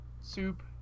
soup